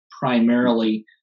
primarily